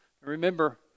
Remember